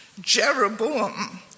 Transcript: Jeroboam